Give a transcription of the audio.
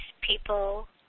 people